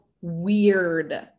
weird